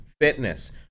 Fitness